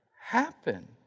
happen